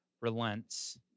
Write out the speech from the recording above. relents